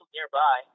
nearby